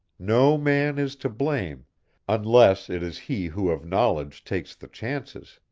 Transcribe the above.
no man is to blame unless it is he who of knowledge takes the chances.